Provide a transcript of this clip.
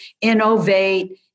innovate